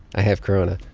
i have corona?